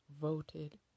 voted